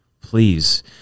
please